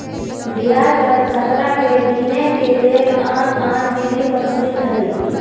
ब्याज दर खतरा के गिनेए के लेल आन आन विधि प्रचलित हइ